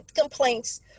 complaints